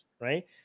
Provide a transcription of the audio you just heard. right